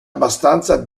abbastanza